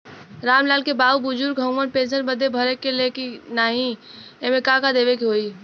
राम लाल के बाऊ बुजुर्ग ह ऊ पेंशन बदे भर सके ले की नाही एमे का का देवे के होई?